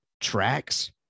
tracks